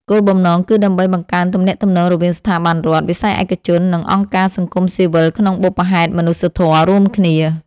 គោលបំណងគឺដើម្បីបង្កើនទំនាក់ទំនងរវាងស្ថាប័នរដ្ឋ វិស័យឯកជន និងអង្គការសង្គមស៊ីវិលក្នុងបុព្វហេតុមនុស្សធម៌រួមគ្នា។